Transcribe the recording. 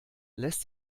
lässt